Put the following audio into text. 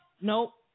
Nope